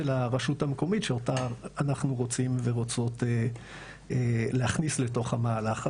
הרשות המקומית שאותה אנחנו רוצים ורוצות להכניס לתוך המהלך הזה.